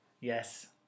Yes